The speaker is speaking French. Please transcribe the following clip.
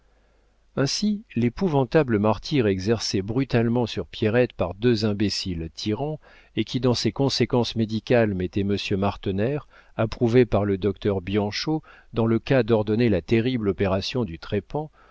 ainsi l'épouvantable martyre exercé brutalement sur pierrette par deux imbéciles tyrans et qui dans ses conséquences médicales mettait monsieur martener approuvé par le docteur bianchon dans le cas d'ordonner la terrible opération du trépan